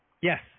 Yes